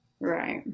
Right